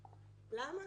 למה?